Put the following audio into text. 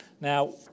Now